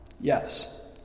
Yes